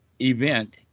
event